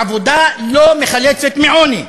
עבודה לא מחלצת מעוני.